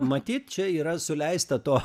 matyt čia yra suleista to